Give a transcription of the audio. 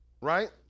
right